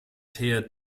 tier